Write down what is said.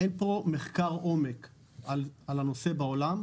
אין פה מחקר עומק על הנושא בעולם.